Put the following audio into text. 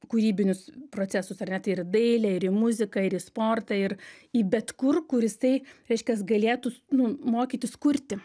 kūrybinius procesus ar ne tai ir į dailę ir į muziką ir į sportą ir į bet kur kur jisai reiškias galėtų nu mokytis kurti